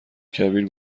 کبیر